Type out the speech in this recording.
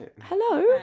Hello